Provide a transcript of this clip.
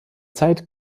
zeit